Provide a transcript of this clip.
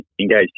engage